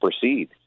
proceed